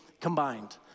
combined